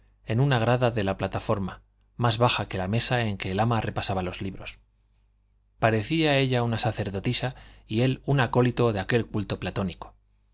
en una grada de la plataforma más baja que la mesa en que el ama repasaba los libros parecía ella una sacerdotisa y él un acólito de aquel culto platónico